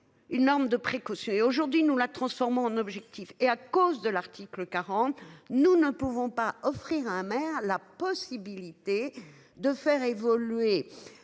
une norme de précaution et aujourd'hui nous la transformons en objectif et à cause de l'article 40. Nous ne pouvons pas offrir un maire la possibilité de faire évoluer.